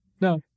no